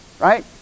right